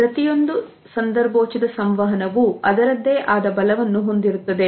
ಪ್ರತಿಯೊಂದು ಸಂದರ್ಭೋಚಿತ ಸಂವಹನಕ್ಕೂ ಅದರದ್ದೇ ಆದ ಬಲವನ್ನು ಹೊಂದಿರುತ್ತದೆ